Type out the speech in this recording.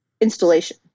installation